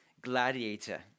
Gladiator